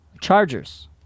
Chargers